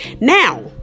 Now